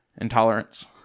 intolerance